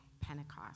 Pentecost